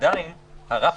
ועדיין אני חושב שמקומו של הרף